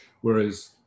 whereas